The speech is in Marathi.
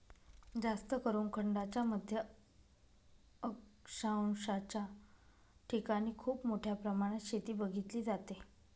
जास्तकरून खंडांच्या मध्य अक्षांशाच्या ठिकाणी खूप मोठ्या प्रमाणात शेती बघितली जाते